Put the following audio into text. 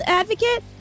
advocate